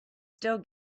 still